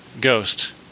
Ghost